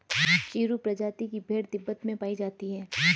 चिरु प्रजाति की भेड़ तिब्बत में पायी जाती है